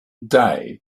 day